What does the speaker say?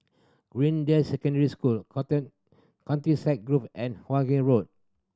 Greendale Secondary School Countryside Grove and Hawkinge Road